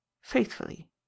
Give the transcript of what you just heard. faithfully